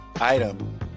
item